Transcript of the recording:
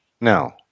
No